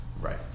Right